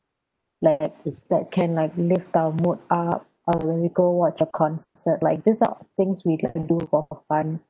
like if that can like lift our mood up and when we go watch a concert like this sort of things we can do for fun